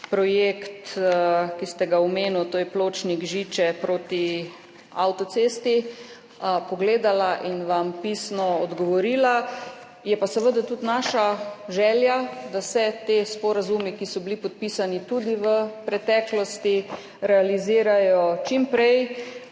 projekt, ki ste ga omenili, to je pločnik Žiče proti avtocesti, pogledala in vam pisno odgovorila. Je pa seveda tudi naša želja, da se ti sporazumi, ki so bili podpisani v preteklosti, realizirajo čim prej